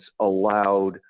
allowed